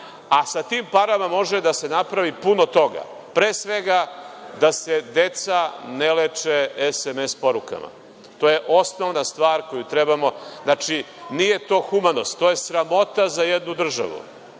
a sa tim parama može da se napravi puno toga, pre svega, da se deca ne leče sms porukama. To je osnovna stvar koju trebamo. Znači, nije to humanost, to je sramota za jednu državu,